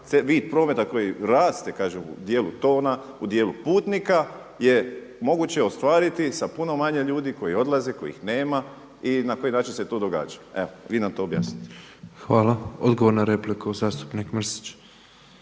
vi prometa koji raste kažem u dijelu tona u dijelu putnika je moguće ostvariti sa puno manje ljudi koji odlaze, kojih nema i na koji način se to događa? Evo vi nam to objasnite. **Petrov, Božo (MOST)** Hvala lijepo. Odgovor na repliku zastupnik Mrsić.